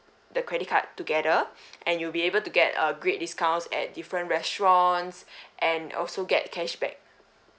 the credit card together and you'll be able to get a great discounts at different restaurants and also get cashback